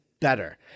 better